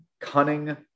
cunning